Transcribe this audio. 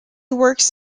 works